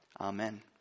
Amen